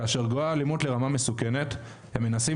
כאשר גואה האלימות לרמה מסוכנת הם מנסים